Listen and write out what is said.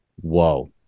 whoa